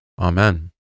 Amen